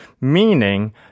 Meaning